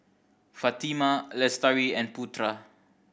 Fatimah Lestari and Putra